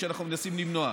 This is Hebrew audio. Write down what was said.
שאנחנו מנסים למנוע?